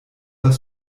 das